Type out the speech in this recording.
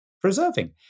preserving